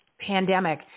pandemic